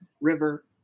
river